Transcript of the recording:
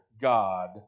God